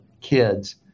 kids